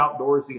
outdoorsy